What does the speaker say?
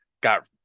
got